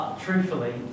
Truthfully